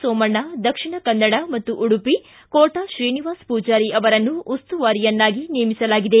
ಸೋಮಣ್ಣ ದಕ್ಷಿಣ ಕನ್ನಡ ಮತ್ತು ಉಡುಪಿ ಕೋಟ ಶ್ರೀನಿವಾಸ್ ಪೂಜಾರಿ ಅವರನ್ನು ಉಸ್ತುವಾರಿಯಾಗಿ ನೇಮಿಸಲಾಗಿದೆ